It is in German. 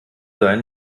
sein